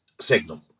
signal